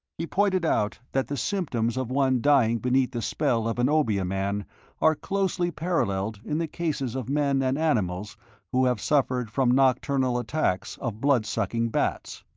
he pointed out that the symptoms of one dying beneath the spell of an obeah man are closely paralleled in the cases of men and animals who have suffered from nocturnal attacks of blood-sucking bats.